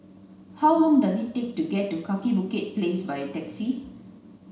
how long does it take to get to Kaki Bukit Place by taxi